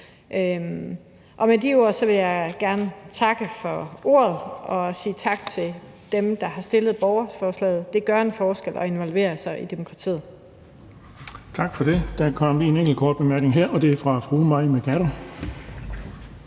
Med de ord vil jeg gerne takke for ordet og sige tak til dem, der har stillet borgerforslaget. Det gør en forskel, at man involverer sig i demokratiet.